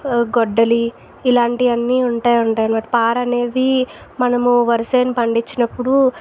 గొడ్డలి ఇలాంటివి అన్ని ఉంటాయి ఉంటాయి అనమాట పార అనేది మనము వరిసేను పండించినప్పుడు